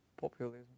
populism